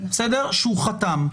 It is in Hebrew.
שהוא חתם.